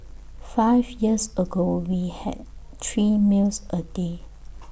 five years ago we had three meals A day